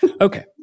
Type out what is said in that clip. Okay